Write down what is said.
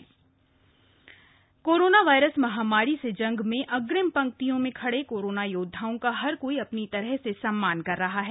mushroom के gift corona virus महामारी से जंग में अग्रिम पंक्तियों में खड़े कोरोना योदधाओं का हर कोई अपनी तरह से सम्मान कर रहा है